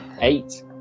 Eight